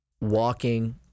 walking